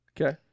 Okay